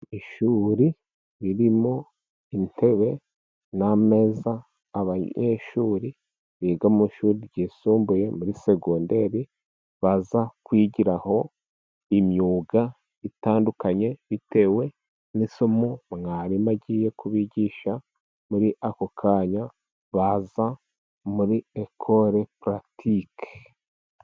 Ishuri ririmo intebe n'ameza. Abanyeshuri biga mu ishuri ryisumbuye; muri segonderi baza kwigiraho imyuga itandukanye, bitewe n'isomo mwarimu agiye kubigisha. Muri ako kanya baza muri ekole pulatike.